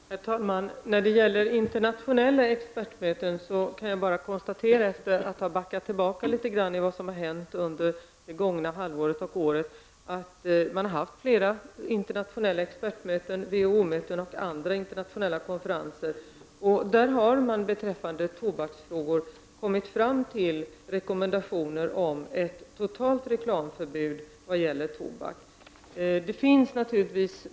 Herr talman! När det gäller internationella expertmöten kan jag, efter en tillbakablick över vad som har hänt under det gångna året, bara konstatera att man har haft flera internationella expertmöten, WHO-möten och andra internationella konferenser. Där har man beträffande tobaksfrågor kommit fram till rekommendationer om ett totalt reklamförbud.